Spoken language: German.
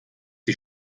die